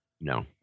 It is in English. No